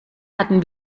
hatten